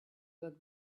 that